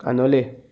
कानोले